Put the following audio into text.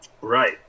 Right